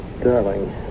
Darling